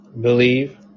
believe